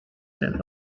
and